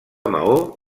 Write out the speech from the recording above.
maó